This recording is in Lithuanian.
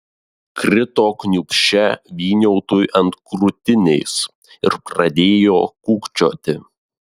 krito kniūbsčia vyniautui ant krūtinės ir pradėjo kūkčioti